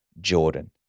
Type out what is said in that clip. Jordan